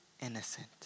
innocent